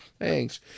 Thanks